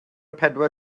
pedwar